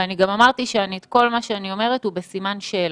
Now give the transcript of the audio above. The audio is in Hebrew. וגם אמרתי שכל מה שאני אומרת הוא בסימן שאלה,